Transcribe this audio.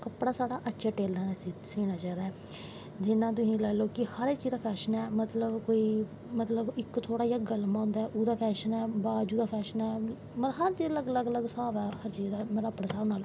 कपड़ा साढ़ा अच्छे टेल्लर नै सीनां चाही दा ऐ जियां तुस लाई लैओ कि हर जेह्ड़ा फैशन ऐ मतलव कि इक थोह्ड़ा जा गलमां होंदा ऐ ओह्दा फैशन होंदा ऐ अज्ज ओह्दा फैशन ऐ मतलव हर चीज़ दा अलग अलग फैशन ऐ अपनें हिसाब नाल